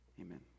amen